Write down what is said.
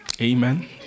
Amen